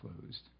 closed